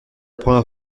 première